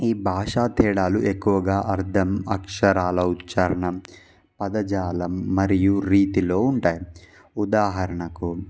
ఈ భాషా తేడాలు ఎక్కువగా అర్థం అక్షరాల ఉచ్చరణం పదజాలం మరియు రీతిలో ఉంటాయి ఉదాహరణకు